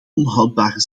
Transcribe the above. onhoudbare